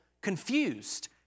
confused